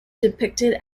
depicted